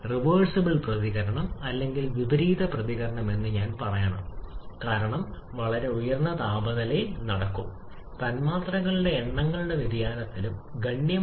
ക്വിൻ സ്ഥിരമായി തുടരുകയാണെങ്കിൽ സിവി അനുബന്ധ താപനില എല്ലായ്പ്പോഴും ചെറുതായി വർദ്ധിക്കുന്നു അത് ഇവിടെ സൂചിപ്പിച്ചിരിക്കുന്നു